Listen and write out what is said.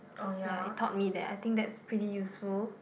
ya it taught me that I think that's pretty useful